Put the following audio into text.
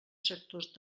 sectors